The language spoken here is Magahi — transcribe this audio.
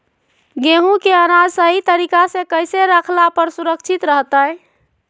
गेहूं के अनाज सही तरीका से कैसे रखला पर सुरक्षित रहतय?